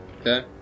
Okay